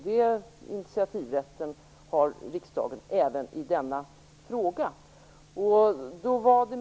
Den initiativrätten har riksdagen även i denna fråga.